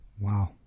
Wow